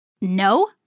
No